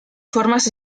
formas